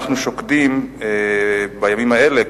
אנחנו שוקדים בימים האלה,